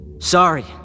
Sorry